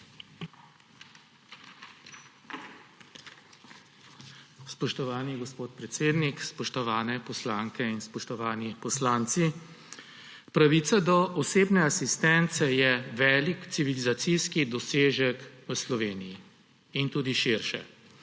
Spoštovani gospod predsednik, spoštovane poslanke in spoštovani poslanci! Pravica do osebne asistence je velik civilizacijski dosežek v Sloveniji in tudi širše.